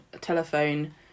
telephone